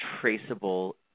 traceable